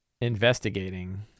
investigating